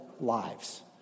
lives